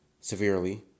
severely